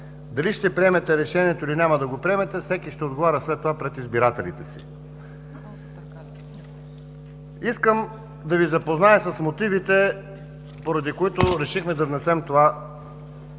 Дали ще приемете решението или не, всеки ще отговаря след това пред избирателите си. Искам да Ви запозная с мотивите, поради които решихме да внесем този